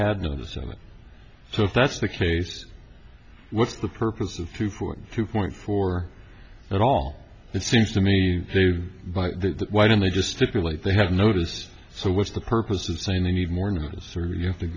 service so if that's the case what's the purpose of two for two point four at all it seems to me by the why don't they just stipulate they have notice so what's the purpose of saying they need more of a sort of you have to